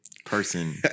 Person